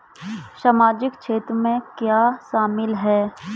सामाजिक क्षेत्र में क्या शामिल है?